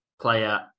player